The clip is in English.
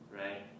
right